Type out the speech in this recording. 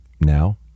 Now